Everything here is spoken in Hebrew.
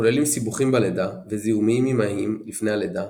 הכוללים סיבוכים בלידה וזיהומיים אימהיים לפני הלידה